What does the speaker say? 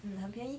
mm 很便宜